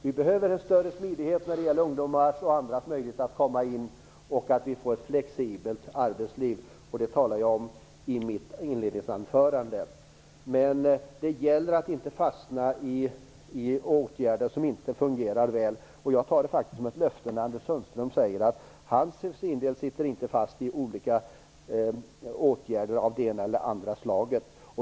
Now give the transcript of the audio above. Vi behöver en större smidighet när det ungdomars och andras möjligheter att komma in på arbetsmarknaden. Vi behöver ett flexibelt arbetsliv. Det talade jag om i mitt inledningsanförande. Det gäller att inte fastna i åtgärder som inte fungerar väl. Jag tar det faktiskt som ett löfte när Anders Sundström säger att han för sin del inte sitter fast i olika åtgärder.